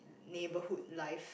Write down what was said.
neighborhood life